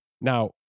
Now